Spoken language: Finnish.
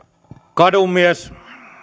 kadunmies